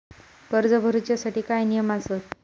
कर्ज भरूच्या साठी काय नियम आसत?